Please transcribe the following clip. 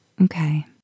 Okay